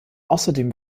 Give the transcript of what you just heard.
außerdem